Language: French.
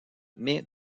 mais